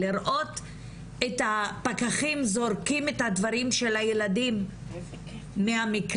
לראות את הפקחים זורקים את הדברים של הילדים מהמקלט,